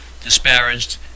disparaged